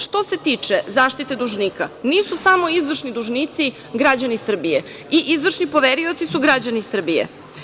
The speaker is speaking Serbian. Što se tiče zaštite dužnika, nisu samo izvršni dužnici građani Srbije i izvršni poverioci su građani Srbije.